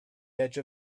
edge